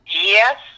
Yes